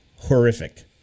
horrific